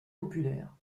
populaires